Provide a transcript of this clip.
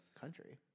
country